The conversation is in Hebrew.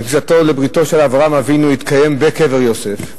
כניסתו לבריתו של אברהם אבינו התקיימה בקבר יוסף,